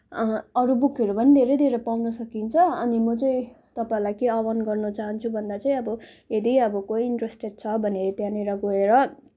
अरू बुक्सहरू पनि धेरै धेरै पाउन सकिन्छ अनि म चाहिँ तपाईँहरूलाई के आह्वान गर्न चाहन्छु भन्दा चाहिँ अब यदि अब कोही इन्ट्रेस्टेड छ भने त्यहाँनिर गएर